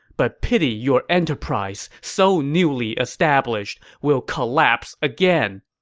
but pity your enterprise, so newly established, will collapse again!